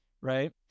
right